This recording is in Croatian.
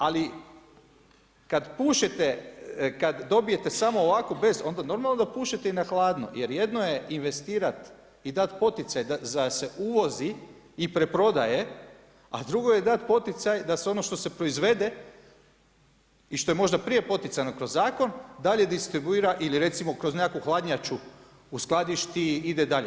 Ali kad pušete, kad dobijete samo ovako bez, onda normalno da pušete i na hladno jer jedno je investirati i dati poticaj da se uvozi i preprodaje, a drugo je dati poticaj da se ono što se proizvede i što je možda poticajno kroz zakon dalje distribuira ili recimo kroz nekakvu hladnjaču uskladišti, ide dalje.